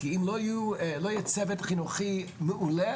כי אם לא יהיה צוות חינוכי מעולה,